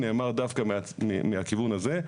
נאמר דווקא מהכיוון הזה,